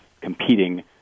competing